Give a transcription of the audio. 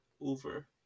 Over